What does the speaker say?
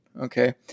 Okay